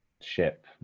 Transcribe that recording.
ship